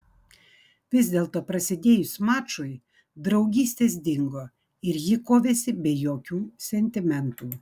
vis dėlto prasidėjus mačui draugystės dingo ir ji kovėsi be jokių sentimentų